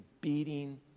beating